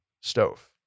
stove